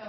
I